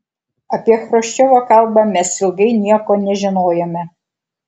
apie chruščiovo kalbą mes ilgai nieko nežinojome